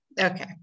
Okay